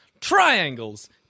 Triangles